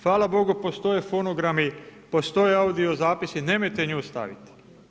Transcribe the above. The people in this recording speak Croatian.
Hvala Bogu, postoje fonogrami, postoje audio zapisi, nemojte nju staviti.